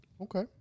Okay